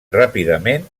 ràpidament